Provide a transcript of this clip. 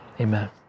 Amen